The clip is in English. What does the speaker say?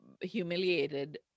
humiliated